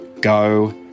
go